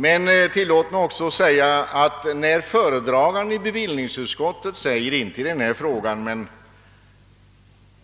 Men när motionerna är — såsom föredraganden i bevillningsutskottet påpekade inte i denna fråga utan